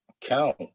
count